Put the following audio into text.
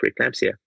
preeclampsia